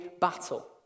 battle